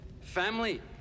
family